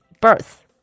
birth